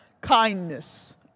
kindness